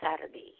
Saturday